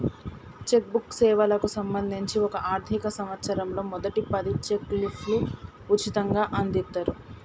check book సేవలకు సంబంధించి ఒక ఆర్థిక సంవత్సరంలో మొదటి పది చెక్ లీఫ్లు ఉచితంగ అందిత్తరు